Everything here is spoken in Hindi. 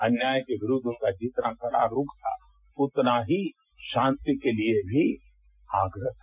अन्याय के विरूद्व उनका जितना कड़ा रूख था उतना ही शांति के लिए भी आग्रह था